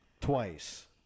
twice